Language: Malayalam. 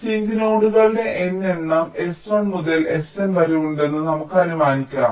സിങ്ക് നോഡുകളുടെ n എണ്ണം s1 മുതൽ sn വരെ ഉണ്ടെന്ന് നമുക്ക് അനുമാനിക്കാം